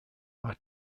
are